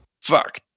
Fuck